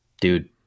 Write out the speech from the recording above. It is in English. Dude